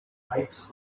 hikes